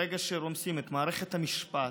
ברגע שרומסים את מערכת המשפט,